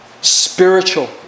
spiritual